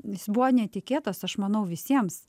jis buvo netikėtas aš manau visiems